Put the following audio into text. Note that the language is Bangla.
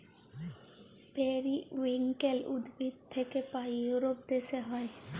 পেরিউইঙ্কেল উদ্ভিদ থাক্যে পায় ইউরোপ দ্যাশে হ্যয়